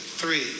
three